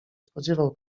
spodziewał